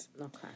Okay